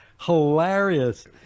hilarious